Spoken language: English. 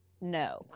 no